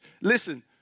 Listen